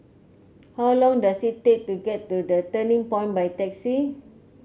how long does it take to get to The Turning Point by taxi